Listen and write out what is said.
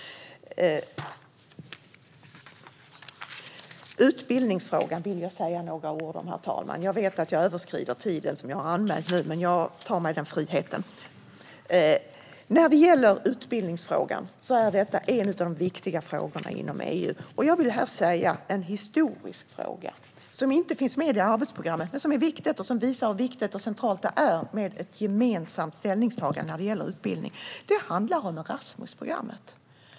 Herr talman! Jag vill säga några ord om utbildningsfrågan också. Det är en av de viktiga frågorna inom EU. Det är också en historisk fråga. Den finns inte med i arbetsprogrammet, men det är viktigt och centralt med ett gemensamt ställningstagande när det gäller utbildning. Det handlar om Erasmusprogrammet.